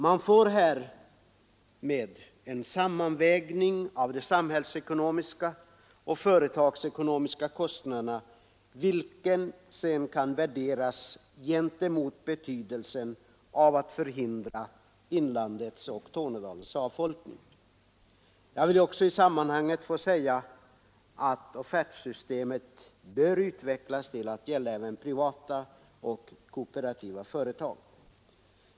Man får därmed en sammanvägning av de samhällsekonomiska och företagsekonomiska kostnaderna, vilken sedan kan värderas gentemot betydelsen av att förhindra inlandets och Tornedalens avfolkning. I detta sammanhang vill jag också säga att offertsystemet bör utvecklas till att gälla även privata och kooperativa företag.